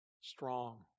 strong